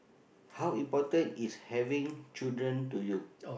how important is having children to you